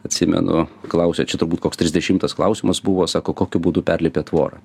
atsimenu klausia čia turbūt koks trisdešimtas klausimas buvo sako kokiu būdu perlipė tvorą